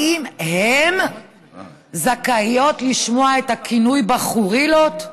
האם הן זכאיות לשמוע את הכינוי בחורילות?